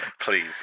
Please